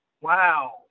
Wow